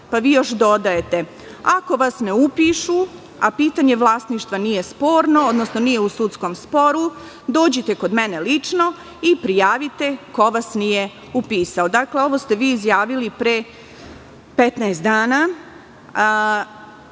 kasnije. Još dodajete - ako vas ne upišu a pitanje vlasništva nije sporno odnosno nije u sudskom sporu, dođite kod mene lično i prijavite ko vas nije upisao. Ovo ste vi izjavili pre 15 dana